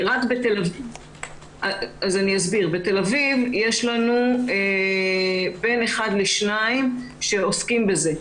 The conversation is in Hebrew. בתל אביב יש לנו בין אחד לשניים שעוסקים בזה.